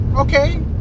okay